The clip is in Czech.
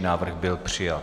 Návrh byl přijat.